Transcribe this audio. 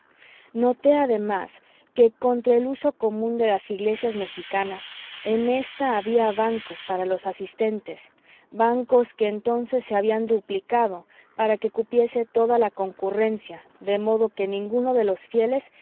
noté además que contra el uso común de las iglesias mexicanas en ésta había bancos para los asistentes bancos que entonces se habían duplicado para que cupiese toda la concurrencia de modo que ninguno de los fieles